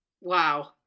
Wow